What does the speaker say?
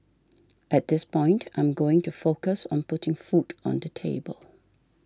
at this point I am going to focus on putting food on the table